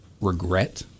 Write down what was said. Regret